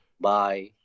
Bye